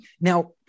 now